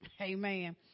Amen